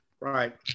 Right